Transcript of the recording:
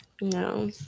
No